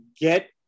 get